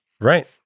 Right